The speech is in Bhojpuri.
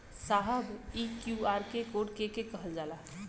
साहब इ क्यू.आर कोड के के कहल जाला?